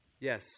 yes